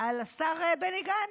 על השר בני גנץ,